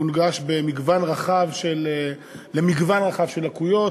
מונגש למגוון רחב של לקויות,